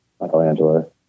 Michelangelo